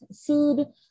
food